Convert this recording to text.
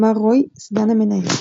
מר רוי - סגן המנהל.